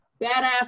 badass